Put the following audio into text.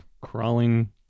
crawling